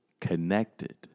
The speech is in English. connected